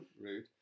Rude